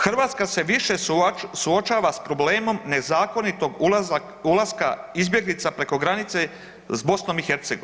Hrvatska se više suočava s problemom nezakonitog ulaska izbjeglica preko granice s BiH.